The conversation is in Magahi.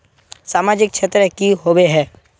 सामाजिक क्षेत्र की होबे है?